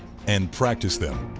and practice them.